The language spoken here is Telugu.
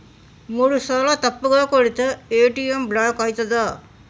మూడుసార్ల తప్పుగా కొడితే ఏ.టి.ఎమ్ బ్లాక్ ఐతదా?